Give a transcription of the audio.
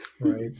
Right